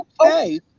okay